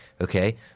okay